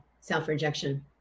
Self-rejection